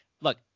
look